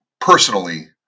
personally